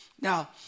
Now